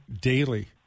daily